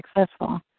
successful